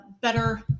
better